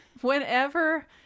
Whenever